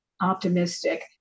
optimistic